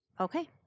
Okay